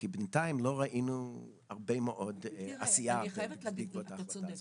כי בינתיים לא ראינו הרבה מאוד עשייה בעקבות ההחלטה הזאת.